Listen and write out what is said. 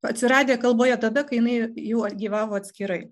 atsiradę kalboje tada kai jinai jau gyvavo atskirai